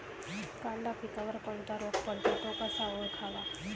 कांदा पिकावर कोणता रोग पडतो? तो कसा ओळखावा?